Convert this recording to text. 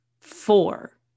four